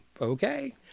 Okay